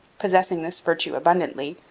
possessing this virtue abundantly,